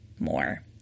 more